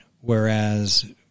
whereas